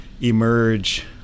emerge